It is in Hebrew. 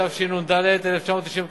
התשנ"ד 1994,